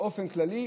באופן כללי,